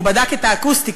הוא בדק את האקוסטיקה.